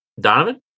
Donovan